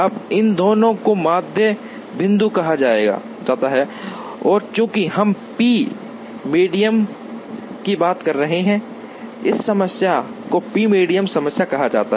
अब इन दोनों को माध्य बिंदु कहा जाता है और चूँकि हम p मीडियन की बात कर रहे हैं इस समस्या को p मीडियन समस्या कहा जाता है